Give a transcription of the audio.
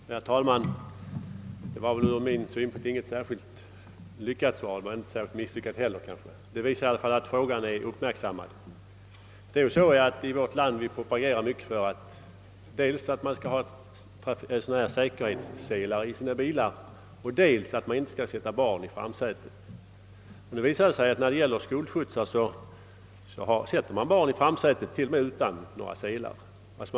Herr talman! Detta var ur min synpunkt inte något särskilt lyckat svar, men det var kanske inte heller särskilt misslyckat; det visar i alla fall att frågan är uppmärksammad. I vårt land propagerar vi mycket för dels att man skall använda säkerhetsselar i bilarna, dels att man inte skall sätta barn i framsätet. Nu visar det sig att man vid skolskjutsar sätter barn i framsätet till och med utan några säkerhetsselar.